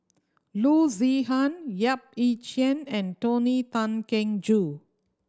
Loo Zihan Yap Ee Chian and Tony Tan Keng Joo